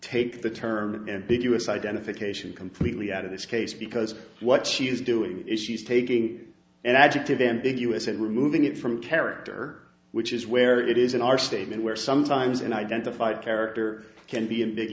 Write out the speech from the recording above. take the term and big us identification completely out of this case because what she's doing is she's taking an adjective ambiguous and removing it from character which is where it is in our statement where sometimes an identified character can be in